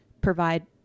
provide